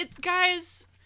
Guys